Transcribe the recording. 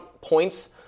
points